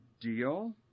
deal